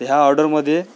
ह्या ऑर्डरमधे